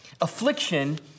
Affliction